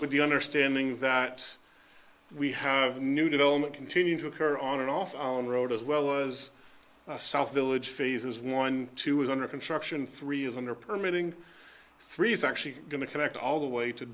with the understanding that we have new development continue to occur on and off road as well as south village phases one two is under construction three is under permitting three is actually going to connect all the way to